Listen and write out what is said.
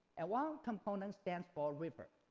and one component stands for river.